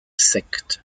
secte